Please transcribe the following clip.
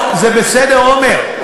עמר,